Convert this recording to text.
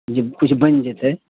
जे किछु बनि जेतै